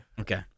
Okay